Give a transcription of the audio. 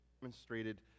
demonstrated